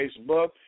Facebook